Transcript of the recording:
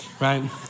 right